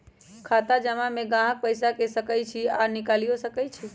जमा खता में गाहक पइसा ध सकइ छइ आऽ निकालियो सकइ छै